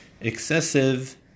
excessive